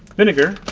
vinegar,